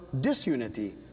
disunity